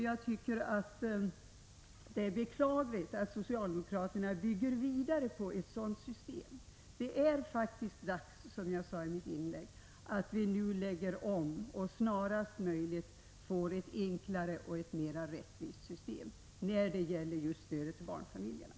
Jag tycker det är beklagligt att socialdemokraterna bygger vidare på ett sådant system. Det är faktiskt dags, som jag sade i mitt inlägg, att vi nu lägger om och snarast möjligt får ett enklare och mer rättvist system för stödet till just barnfamiljerna.